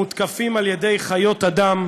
מותקפים על-ידי חיות אדם